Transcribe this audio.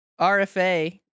RFA